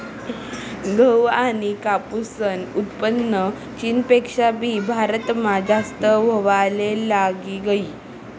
गहू आनी कापूसनं उत्पन्न चीनपेक्षा भी भारतमा जास्त व्हवाले लागी गयी